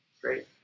Great